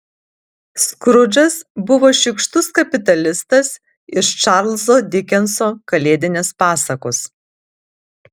skrudžas buvo šykštus kapitalistas iš čarlzo dikenso kalėdinės pasakos